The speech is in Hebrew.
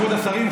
כבוד השרים,